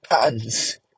hands